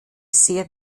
sehr